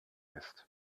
ist